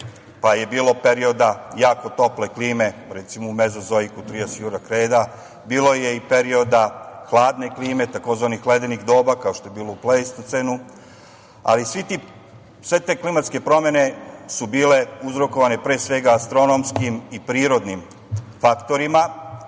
pa je bilo perioda jako tople klime, recimo u Mezozoiku trias jura kreda bilo je i perioda hladne klime tzv. "ledenih doba" kao što je bilo u Pleistocenu, ali sve te klimatske promene su bile uzrokovane pre svega astronomskim i prirodnim faktorima